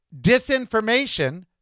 disinformation